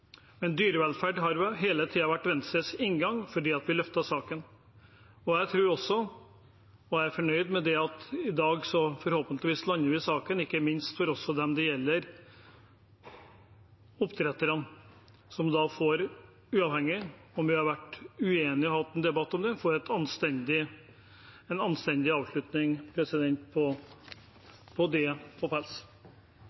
men dyrevelferd har hele tiden vært Venstres inngang til å løfte saken. Jeg er fornøyd med at vi i dag forhåpentligvis lander saken, ikke minst for dem det gjelder, pelsdyroppdretterne, som – uavhengig av om vi har vært uenige og har hatt en debatt om det – får en anstendig avslutning på